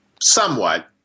Somewhat